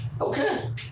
okay